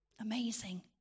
Amazing